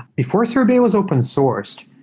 before sorbet was open sourced,